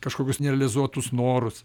kažkokius nerealizuotus norus